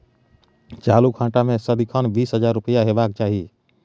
चालु खाता मे सदिखन बीस हजार रुपैया हेबाक चाही